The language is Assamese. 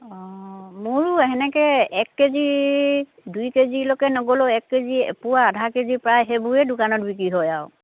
অঁ মোৰো সেনেকে এক কে জি দুই কে জিলৈকে নহ'লেও এক কে জি এপোৱা আধা কে জি প্ৰায় সেইবোৰেই দোকানত বিক্ৰী হয় আৰু